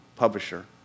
publisher